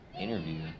interview